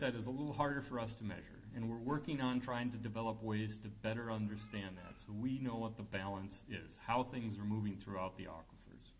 said is a little harder for us to measure and we're working on trying to develop ways to better understand that so we know all of the balance is how things are moving throughout the